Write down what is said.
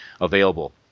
available